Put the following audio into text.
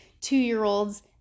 two-year-olds